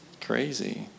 crazy